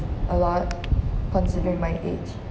a lot considering my age